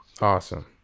Awesome